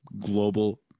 global